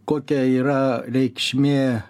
kokia yra reikšmė